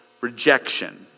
rejection